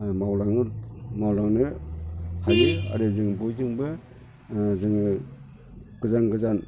मावलांनो हायो आरो जों बयजोंबो जोङो गोजान गोजान